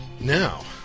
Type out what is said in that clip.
Now